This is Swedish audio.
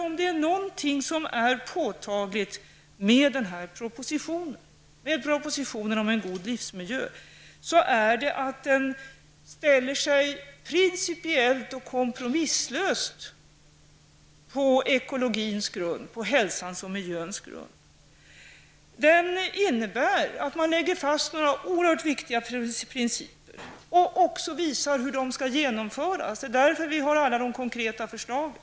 Om det är något som är påtagligt i den här propositionen om en god livsmiljö, är det att den ställer sig principiellt och kompromisslöst på ekologins grund, på hälsans och miljöns grund. Den innebär att man lägger fast några oerhört viktiga principer och att man också visar hur dessa skall genomföras -- det är därför vi har med alla de konkreta förslagen.